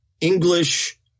English